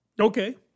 Okay